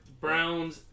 Browns